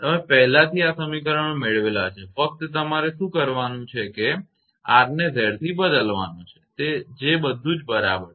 તમે પહેલાથી આ સમીકરણો મેળવેલા છે ફક્ત તમારે શુ કરવાનુ છે કે R ને Z થી બદલવાનો છે જે બધુ જ બરાબર છે